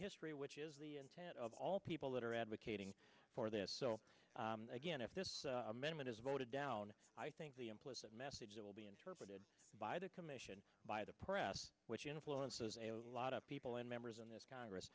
history which is the intent of all people that are advocating for this so again if this amendment is voted down i think the implicit message that will be interpreted by the commission by the press which influences a lot of people and members in this congress